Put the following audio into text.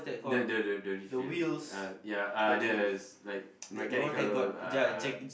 the the the the refill uh ya uh there's like mechanical uh